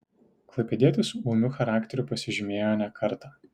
klaipėdietis ūmiu charakteriu pasižymėjo ne kartą